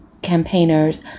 campaigners